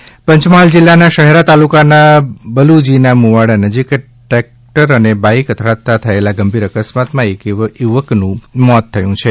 અકસ્માત પંચમહાલ જિલ્લાના શહેરા તાલુકાના બલુજીના મુવાડા નજીક ટ્રેકટર અને બાઈક અથડાતાં થયેલા ગંભીર અકસ્માતમાં એક યુવકનું મોત થયું છે